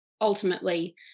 ultimately